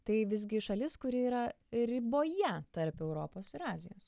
tai visgi šalis kuri yra riboje tarp europos ir azijos